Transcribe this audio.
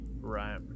Right